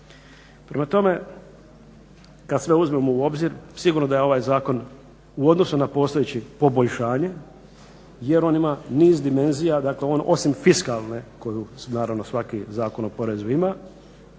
Prema tome, kad sve uzmemo u obzir sigurno da je ovaj zakon u odnosu na postojeći poboljšanje jer on ima niz dimenzija, dakle on osim fiskalne koju naravno svaki zakon o porezu ima,